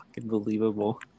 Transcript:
unbelievable